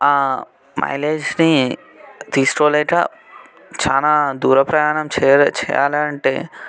మైలేజ్నీ తీసుకోలేక చాలా దూర ప్రయాణం చేయాలి చేయాలి అంటే